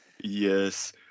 Yes